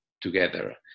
together